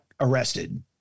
arrested